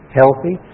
healthy